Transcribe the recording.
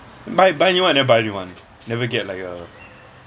buy buy new why you never buy new one never get like a